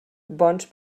bons